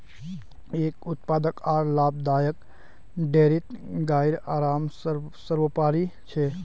एक उत्पादक आर लाभदायक डेयरीत गाइर आराम सर्वोपरि छ